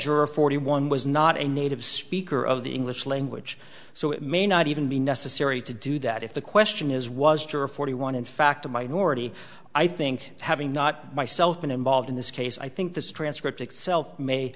juror forty one was not a native speaker of the english language so it may not even be necessary to do that if the question is was during forty one in fact a minority i think having not myself been involved in this case i think this transcript itself may